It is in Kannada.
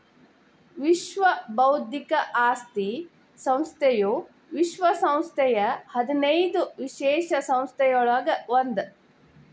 ವಿಶ್ವ ಬೌದ್ಧಿಕ ಆಸ್ತಿ ಸಂಸ್ಥೆಯು ವಿಶ್ವ ಸಂಸ್ಥೆಯ ಹದಿನೈದು ವಿಶೇಷ ಸಂಸ್ಥೆಗಳೊಳಗ ಒಂದ್